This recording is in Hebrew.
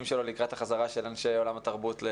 שלו לקראת החזרה לזירה של אנשי עולם התרבות.